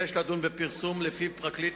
כ"ב באדר התשס"ט (18 במרס 2009): פורסם כי פרקליט